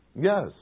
Yes